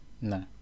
No